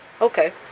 Okay